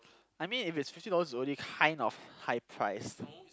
I mean if it's fifty dollars it's already kind of high price